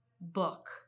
book